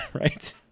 right